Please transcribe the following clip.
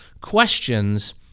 questions